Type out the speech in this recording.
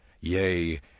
Yea